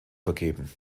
vergeben